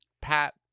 Pat